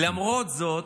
למרות זאת,